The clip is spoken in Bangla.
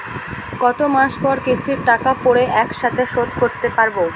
কত মাস পর কিস্তির টাকা পড়ে একসাথে শোধ করতে পারবো?